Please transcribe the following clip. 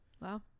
Wow